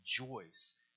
rejoice